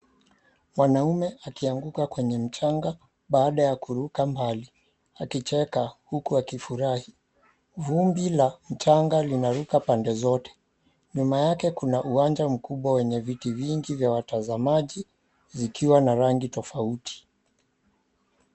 Mwanaume akianguka kwenye mchanga baada ya kuruka mbali akicheka huku akifurahi. Vumbi la mchanga linaruka pande zote. Nyuma yake uwanja mkubwa wenye viti vingi vya watazamaji vikiwa na rangi tofauti.